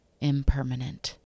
impermanent